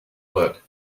work